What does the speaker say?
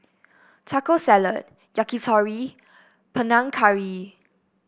Taco Salad Yakitori Panang Curry